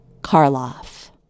Karloff